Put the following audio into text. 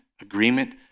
agreement